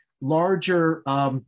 larger